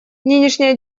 нынешняя